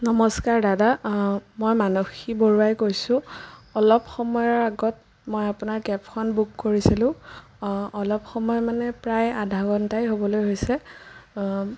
নমস্কাৰ দাদা মই মানসী বৰুৱাই কৈছোঁ অলপ সময়ৰ আগত মই আপোনাৰ কেবখন বুক কৰিছিলোঁ অলপ সময় মানে প্ৰায় আধা ঘণ্টাই হ'বলৈ হৈছে